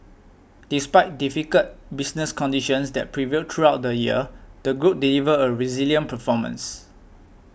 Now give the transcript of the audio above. despite difficult business conditions that prevailed throughout the year the Group delivered a resilient performance